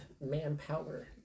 manpower